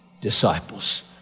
disciples